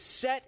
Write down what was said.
set